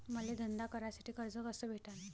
मले धंदा करासाठी कर्ज कस भेटन?